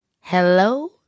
Hello